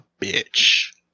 bitch